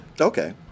Okay